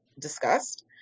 discussed